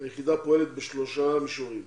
היחידה פועלת בשלושה מישורים.